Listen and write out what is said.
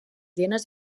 hienes